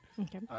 Okay